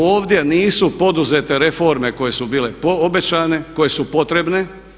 Ovdje nisu poduzete reforme koje su bile obećane, koje su potrebne.